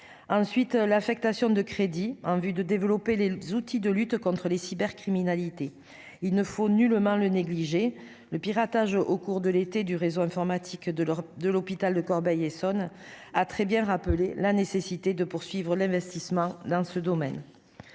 saluons l'affectation de crédits supplémentaires en vue de développer les outils de lutte contre les cybercriminalités. Il ne faut nullement négliger cette question. Le piratage au cours de l'été du réseau informatique de l'hôpital de Corbeil-Essonnes a montré avec force la nécessité de poursuivre l'investissement dans ce domaine.